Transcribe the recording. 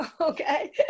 Okay